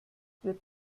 wird